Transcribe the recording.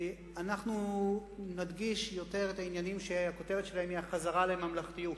אנחנו נדגיש יותר את העניינים שהכותרת שלהם היא חזרה לממלכתיות.